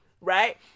right